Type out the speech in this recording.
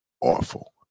awful